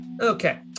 Okay